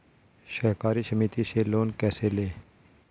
सहकारी समिति से लोन कैसे लें?